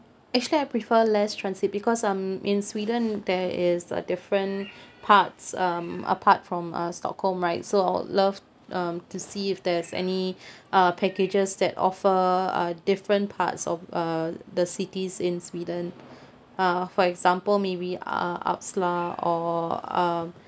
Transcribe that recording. actually I prefer less transit because um in sweden there is uh different parts um apart from uh stockholm right so I'll love um to see if there's any uh packages that offer uh different parts of uh the cities in sweden uh for example maybe uh uppsala or uh